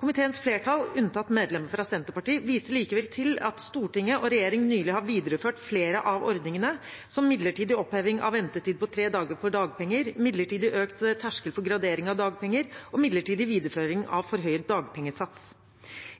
Komiteens flertall, unntatt medlemmene fra Senterpartiet, viser likevel til at Stortinget og regjeringen nylig har videreført flere av ordningene, som midlertidig oppheving av ventetid på tre dager for dagpenger, midlertidig økt terskel på gradering av dagpenger og midlertidig videreføring av forhøyet dagpengesats.